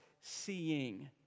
seeing